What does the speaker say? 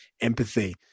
empathy